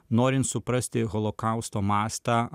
norint suprasti holokausto mastą